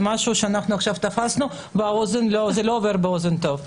זה משהו שעכשיו תפסנו, וזה לא עובר באוזן טוב.